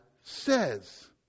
says